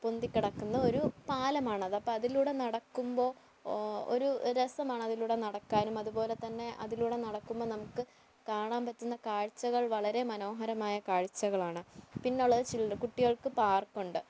പൊന്തി കിടക്കുന്ന ഒരു പലമാണത് അപ്പം അതിലൂടെ നടക്കുമ്പോൾ ഒരു രസമാണ് അതിലൂടെ നടക്കാനും അതു പോലെ തന്നെ അതിലൂടെ നടക്കുമ്പോൾ നമുക്ക് കാണാൻ പറ്റുന്ന കാഴ്ചകൾ വളരെ മനോഹരമായ കാഴ്ചകളാ ണ് പിന്നെ ഉള്ളത് കുട്ടികൾക്ക് പാർക്കുണ്ട്